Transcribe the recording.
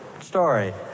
story